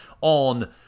on